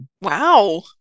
Wow